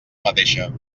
mateixa